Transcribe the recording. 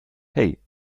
hey